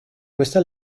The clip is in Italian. questa